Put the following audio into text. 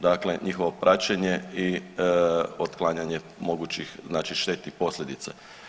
Dakle, njihovo praćenje i otklanjanje mogućnih znači štetnih posljedica.